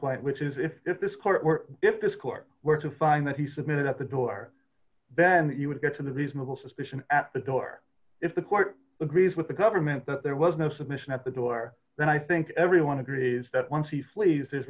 point which is if if this court if this court were to find that he submitted at the door then you would get to the reasonable suspicion at the door if the court agrees with the government that there was no submission at the door then i think everyone agrees that once he flees i